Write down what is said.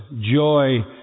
joy